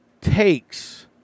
takes